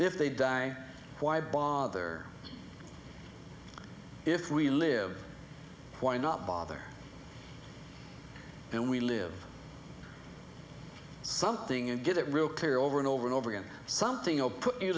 if they die why bother if we live why not bother and we live something and get it real clear over and over and over again something